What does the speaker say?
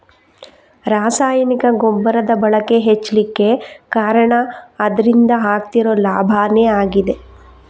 ರಾಸಾಯನಿಕ ಗೊಬ್ಬರದ ಬಳಕೆ ಹೆಚ್ಲಿಕ್ಕೆ ಕಾರಣ ಅದ್ರಿಂದ ಆಗ್ತಿರೋ ಲಾಭಾನೇ ಆಗಿದೆ